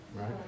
right